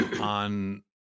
on